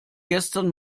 gestern